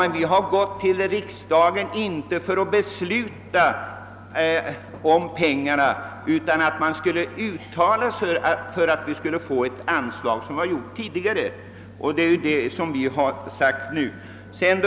Men vi har vänt oss till riksdagen, inte för att få ett beslut om pengarna utan för att få ett uttalande av riksdagen, att vi i vårt förbund skulle få ett anslag.